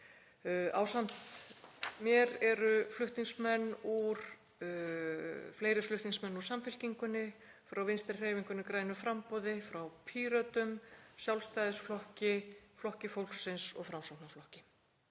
Ásamt mér eru fleiri flutningsmenn úr Samfylkingunni, frá Vinstrihreyfingunni – grænu framboði, frá Pírötum, Sjálfstæðisflokki, Flokki fólksins og Framsóknarflokki.